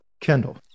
kendall